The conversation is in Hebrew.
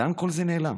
לאן כל זה נעלם?